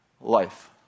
life